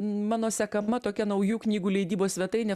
mano sekama tokia naujų knygų leidybos svetainė